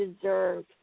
deserve